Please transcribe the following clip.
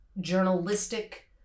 journalistic